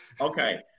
Okay